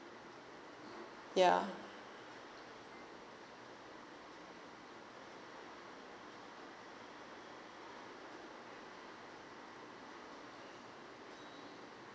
ya